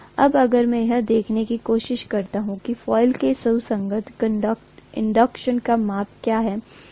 अब अगर मैं यह देखने की कोशिश करता हूं कि कॉइल के सुसंगत इंडक्शन का माप क्या है